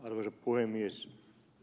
arvoisa puhemies